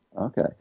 Okay